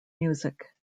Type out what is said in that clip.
music